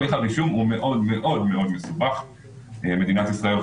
יותר מאוד קשה להביא אותן.